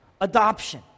Adoption